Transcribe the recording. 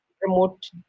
promote